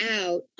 out